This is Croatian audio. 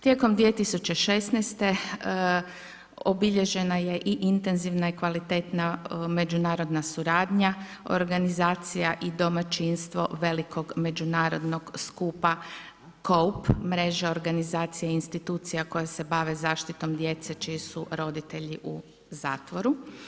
Tijekom 2016. obilježena je i intenzivna i kvalitetna međunarodna suradnja, organizacija i domaćinstvo velikog međunarodnog skupa COUP, mreža organizacija i institucija koja se bave zaštite djece, čiji su roditelji u zatvoru.